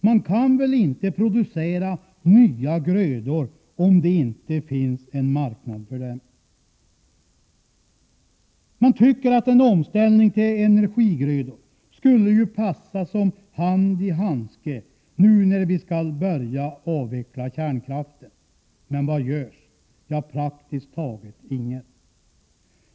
Man kan inte producera nya grödor om det inte finns en marknad. En omställning till energigrödor skulle ju passa som hand i handske nu när vi skall börja avveckla kärnkraften. Vad görs? Jo, praktiskt taget ingenting.